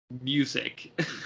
music